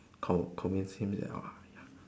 convince him liao uh ya